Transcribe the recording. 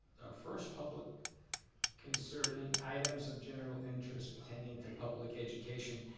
first public concerning items of general interest pertaining to public education.